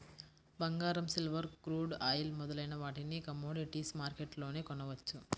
బంగారం, silver, crude oil మొదలైన వాటిని కమోడిటీస్ మార్కెట్లోనే కొనవచ్చు